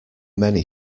many